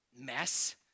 mess